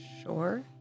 Sure